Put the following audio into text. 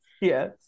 Yes